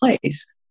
place